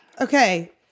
Okay